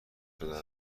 شده